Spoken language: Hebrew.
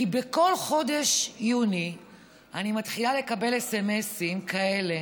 כי בכל חודש יוני אני מתחילה לקבל סמ"סים כאלה: